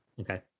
Okay